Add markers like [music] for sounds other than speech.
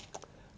[noise]